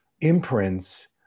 imprints